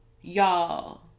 y'all